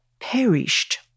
perished